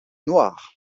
noir